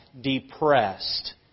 depressed